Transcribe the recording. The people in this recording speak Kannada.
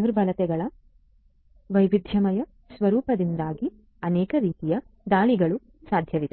ದುರ್ಬಲತೆಗಳ ವೈವಿಧ್ಯಮಯ ಸ್ವರೂಪದಿಂದಾಗಿ ಅನೇಕ ರೀತಿಯ ದಾಳಿಗಳು ಸಾಧ್ಯವಿದೆ